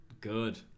good